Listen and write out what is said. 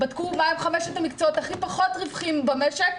בדקו מהם חמשת המקצועות הכי פחות רווחיים במשק,